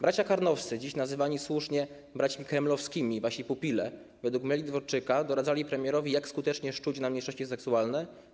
Bracia Karnowscy, dziś słusznie nazywani braćmi kremlowskimi, wasi pupile, według maili Dworczyka doradzali premierowi, jak skutecznie szczuć na mniejszości seksualne.